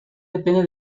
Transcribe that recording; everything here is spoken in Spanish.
depende